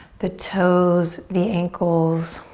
the toes, the ankles.